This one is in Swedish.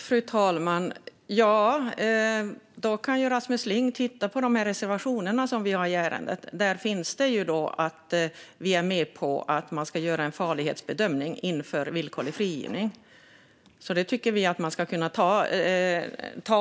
Fru talman! Då kan ju Rasmus Ling titta på de reservationer vi har i ärendet. Där finns att man ska göra en farlighetsbedömning inför villkorlig frigivning. Det tycker vi alltså att man ska kunna göra.